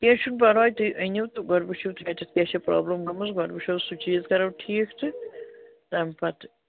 کینٛہہ چھُ نہ پرواے تُہۍ أنِو تہٕ گۄڈٕ وچھِو تُہۍ کَتیٚتھ کیاہ چھِ پرابلم گٔمژ وچھو سُہ چیٖز کرو ٹھیٖک تہٕ تمہ پتہٕ